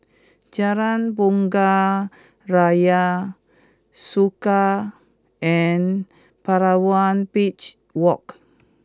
Jalan Bunga Raya Soka and Palawan Beach Walk